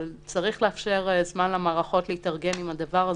צריך לאפשר זמן למערכות להתארגן עם הדבר הזה,